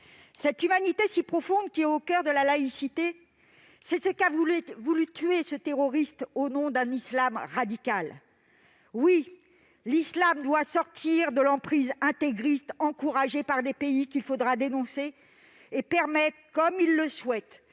Cette humanité si profonde, qui est au coeur de la laïcité, c'est ce qu'a voulu tuer ce terroriste au nom d'un islam radical. Oui, l'islam doit sortir de l'emprise intégriste encouragée par des pays qu'il faudra dénoncer ! Il faudra aussi permettre, comme ils le souhaitent,